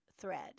thread